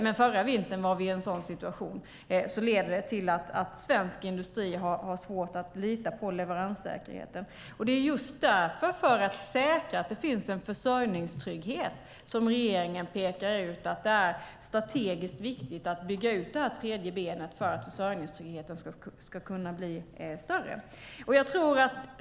Så har det inte varit den här vintern då vi har haft mycket vatten, men förra vintern var vi i en sådan situation. Det är just för att säkra en försörjningstrygghet som regeringen pekar ut att det är strategiskt viktigt att bygga ut det tredje benet.